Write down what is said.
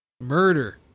murder